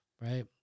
right